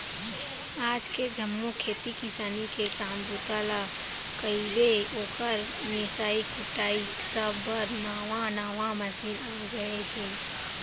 आज के जम्मो खेती किसानी के काम बूता ल कइबे, ओकर मिंसाई कुटई सब बर नावा नावा मसीन आ गए हे